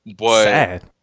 Sad